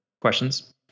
questions